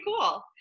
cool